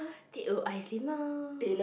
teh-o ice limau